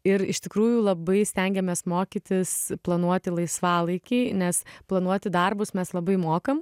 ir iš tikrųjų labai stengiamės mokytis planuoti laisvalaikį nes planuoti darbus mes labai mokam